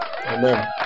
Amen